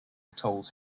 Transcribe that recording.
told